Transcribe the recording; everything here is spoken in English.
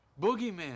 Boogeyman